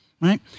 right